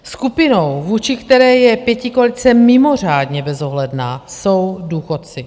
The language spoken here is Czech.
Skupinou, vůči které je pětikoalice mimořádně bezohledná, jsou důchodci.